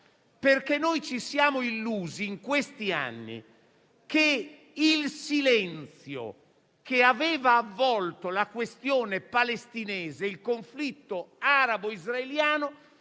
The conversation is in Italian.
Ci siamo illusi infatti in questi anni che il silenzio che aveva avvolto la questione palestinese, il conflitto arabo-israeliano,